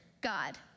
God